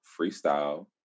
freestyle